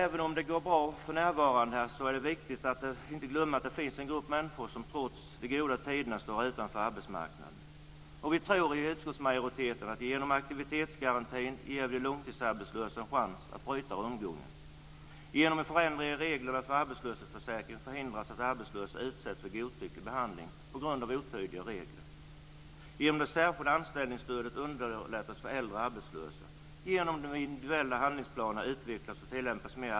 Även om det går bra för närvarande är det viktigt att inte glömma att det finns en grupp människor som trots de goda tiderna står utanför arbetsmarknaden.